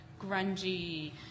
grungy